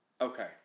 Okay